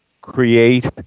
create